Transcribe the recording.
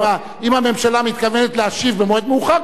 אם הממשלה מתכוונת להשיב במועד מאוחר,